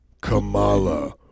Kamala